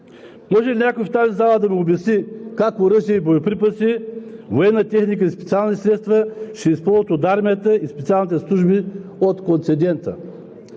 Може ли някой в тази зала да ми обясни как оръжия, боеприпаси, военна техника и специални средства ще се използват от армията и специалните служби – от концедента?